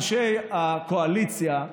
אנשי הקואליציה,